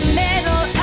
middle